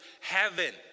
heaven